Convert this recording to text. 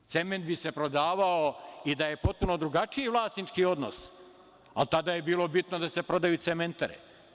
Cement bi se prodavao i da je potpuno drugačiji vlasnički odnos, ali tada je bilo bitno da se prodaju cementare.